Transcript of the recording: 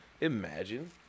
imagine